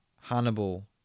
Hannibal